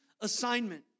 assignment